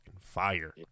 fire